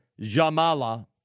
Jamala